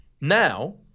now